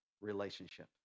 relationship